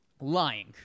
lying